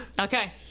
okay